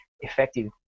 effective